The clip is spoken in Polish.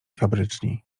fabryczni